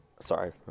Sorry